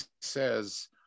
says